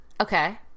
Okay